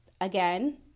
again